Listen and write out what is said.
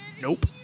Nope